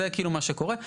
זה כאילו מה שקורה.